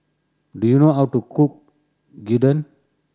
do you know how to cook Gyudon